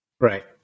Right